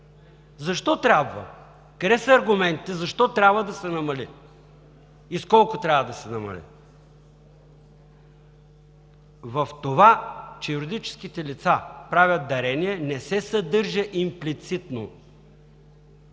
Защо трябва?! Къде са аргументите защо трябва да се намали и с колко трябва да се намали? В това, че юридическите лица правят дарение не се съдържа имплицитно